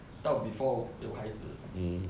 到 before 有孩子